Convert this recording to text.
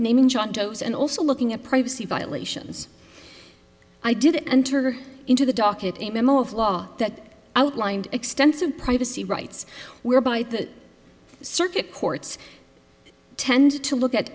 naming john doe's and also looking at privacy violations i did enter into the docket a memo of law that outlined extensive privacy rights were by the circuit courts tend to look at